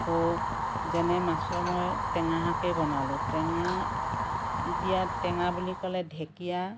আকৌ যেনে মাছৰ মই টেঙাকে বনালোঁ টেঙা দিয়া টেঙা বুলি ক'লে ঢেকীয়া